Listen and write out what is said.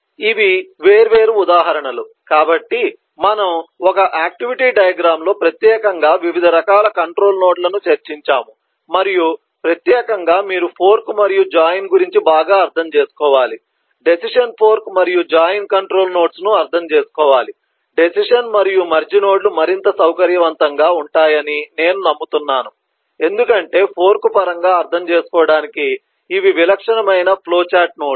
ఇవి వేర్వేరు ఉదాహరణలు కాబట్టి మనము ఒక ఆక్టివిటీ డయాగ్రమ్ లో ప్రత్యేకంగా వివిధ రకాల కంట్రోల్ నోడ్లను చర్చించాము మరియు ప్రత్యేకంగా మీరు ఫోర్క్ మరియు జాయిన్ గురించి బాగా అర్థం చేసుకోవాలి డెసిషన్ ఫోర్క్ మరియు జాయిన్ కంట్రోల్ నోడ్స్ ను అర్థం చేసుకోవాలి డెసిషన్ మరియు మెర్జ్ నోడ్లు మరింత సౌకర్యవంతంగా ఉంటాయి అని నేను నమ్ముతున్నాను ఎందుకంటే ఫోర్క్ పరంగా అర్థం చేసుకోవడానికి ఇవి విలక్షణమైన ఫ్లో చార్ట్ నోడ్లు